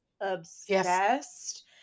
obsessed